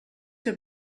que